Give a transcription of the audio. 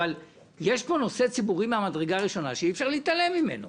אבל יש פה נושא ציבורי מהמדרגה הראשונה שאי אפשר להתעלם ממנו